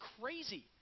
crazy